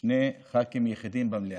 שני ח"כים יחידים במליאה,